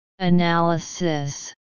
analysis